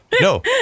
No